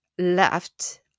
Left